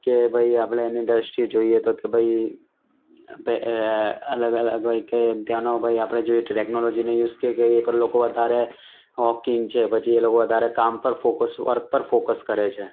કે ભાઈ આપણે એની દૃષ્ટિએ જોઈએ તો કે ભાઈ અલગ અલગ હોય કે ત્યાંનો ભાઈ આપણે જોઇએ ટેકનોલોજીનો યુઝ એ પણ લોકો વધારે વોકિંગ છે પછી એ લોકો વધારે કામ પર ફોકસ વર્ક પર ફોકસ કરે છે